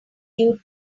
due